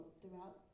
throughout